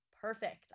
perfect